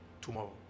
tomorrow